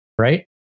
right